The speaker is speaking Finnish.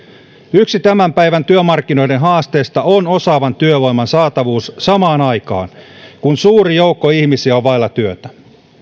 yksi tämän päivän työmarkkinoiden haasteista on osaavan työvoiman saatavuus samaan aikaan kun suuri joukko ihmisiä on vailla työtä